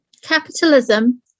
Capitalism